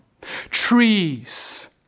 trees